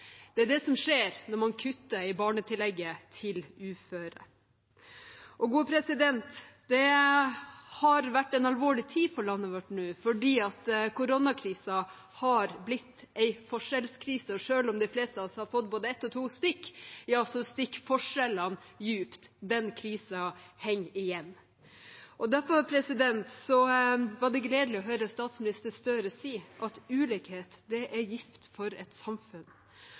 Det er det som skjer når man kutter i barnetillegget til uføre. Det har vært en alvorlig tid for landet vårt fordi koronakrisen har blitt en forskjellskrise. Selv om de fleste av oss har fått både ett og to stikk, så stikker forskjellene dypt. Den krisen henger igjen. Derfor var det gledelig å høre statsminister Gahr Støre si at ulikhet er gift for et samfunn.